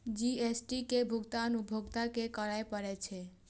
GST के भुगतान उपभोक्ता कें करय पड़ै छै